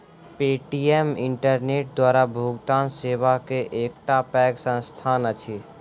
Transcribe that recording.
Paytm internet द्वारा भुगतान सेवा के एकटा पैघ संस्थान अछि